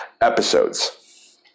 episodes